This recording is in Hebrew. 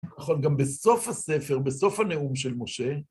נכון, גם בסוף הספר, בסוף הנאום של משה.